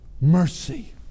mercy